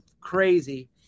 crazy